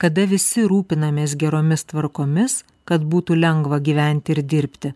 kada visi rūpinamės geromis tvarkomis kad būtų lengva gyventi ir dirbti